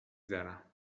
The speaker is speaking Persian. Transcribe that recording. دارم